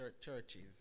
churches